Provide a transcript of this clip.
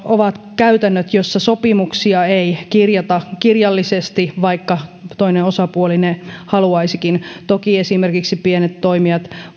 ovat käytännöt joissa sopimuksia ei kirjata kirjallisesti vaikka toinen osapuoli ne haluaisikin toki esimerkiksi pienet toimijat